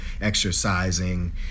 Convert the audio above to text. exercising